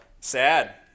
Sad